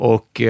Och